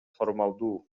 формалдуу